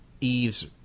Eve's